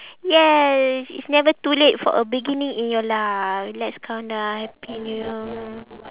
yes it's never too late for a beginning in your life let's count down happy new